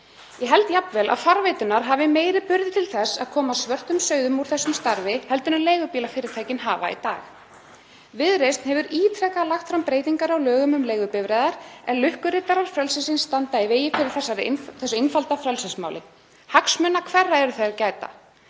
Ég held jafnvel að farveiturnar hafi meiri burði til þess að koma svörtum sauðum úr þessu starfi en leigubílafyrirtækin hafa í dag. Viðreisn hefur ítrekað lagt fram breytingar á lögum um leigubifreiðar en lukkuriddarar frelsisins standa í vegi fyrir því einfalda frelsismáli. Hagsmuna hverra eru þeir að gæta?